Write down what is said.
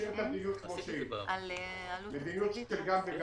השר צריך להגיע למליאה ולומר את עמדת הממשלה - זה הנוהל אצלנו וכך זה